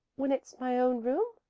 when it's my own room.